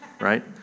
right